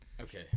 Okay